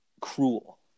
Cruel